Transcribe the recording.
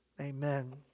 amen